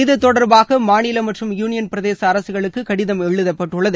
இது தொடர்பாக மாநில மற்றும் யூனியன் பிரதேச அரசுகளுக்கு கடிதம் எழுதப்பட்டுள்ளது